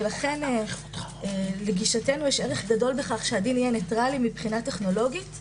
לכן לגישתנו יש ערך גדול בכך שהדין יהיה ניטרלי מבחינה טכנולוגית.